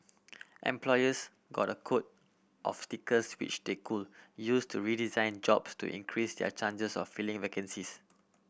employers got a quota of stickers which they could use to redesign jobs to increase their chances of filling vacancies